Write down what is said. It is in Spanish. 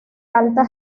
alta